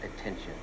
attention